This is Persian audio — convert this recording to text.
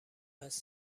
هست